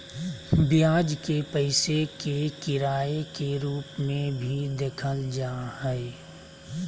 ब्याज के पैसे के किराए के रूप में भी देखल जा हइ